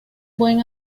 buen